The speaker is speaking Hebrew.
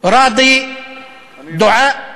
ראדי דועא?